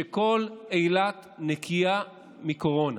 היא שכל אילת נקייה מקורונה.